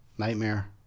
Nightmare